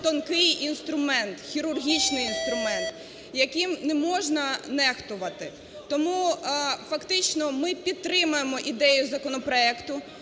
інструмент, хірургічний інструмент, яким не можна нехтувати. Тому фактично ми підтримуємо ідею законопроекту.